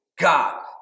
God